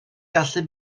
gallu